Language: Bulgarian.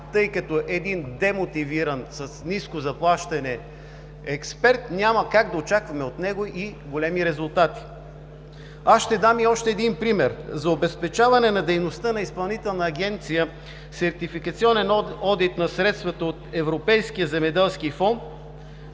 тъй като един демотивиран с ниско заплащане експерт няма как да очакваме от него и големи резултати. Аз ще дам и още един пример. За обезпечаване на дейността на Изпълнителна агенция „Сертификационен одит на средствата от Европейския земеделски фонд“